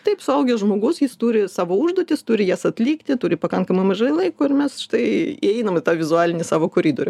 taip suaugęs žmogus jis turi savo užduotis turi jas atlikti turi pakankamai mažai laiko ir mes tai įeinam į tą vizualinį savo koridorių